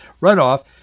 runoff